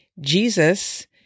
Jesus